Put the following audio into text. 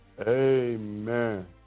Amen